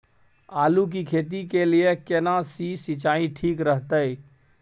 आलू की खेती के लिये केना सी सिंचाई ठीक रहतै?